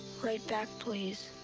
write back, please.